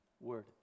word